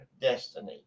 destiny